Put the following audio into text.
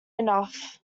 enough